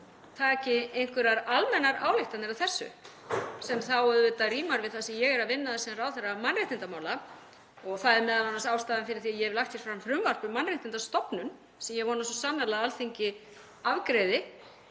að ég dragi einhverjar almennar ályktanir af þessu — sem auðvitað rímar við það sem ég er að vinna að sem ráðherra mannréttindamála og það er m.a. ástæðan fyrir því að ég hef lagt fram frumvarp um mannréttindastofnun, sem ég vona svo sannarlega að Alþingi afgreiði